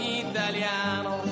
italiano